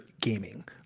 gaming